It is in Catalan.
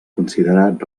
considerat